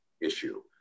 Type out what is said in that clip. issue